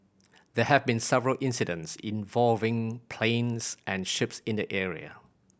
there have been several incidents involving planes and ships in the area